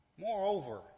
Moreover